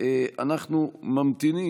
אזולאי וטסלר, אני מבין,